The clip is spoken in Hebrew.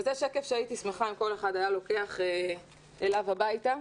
זה שקף שהייתי שמחה אם כל אחד היה לוקח אליו הביתה.